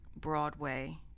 Broadway